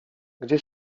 gdzie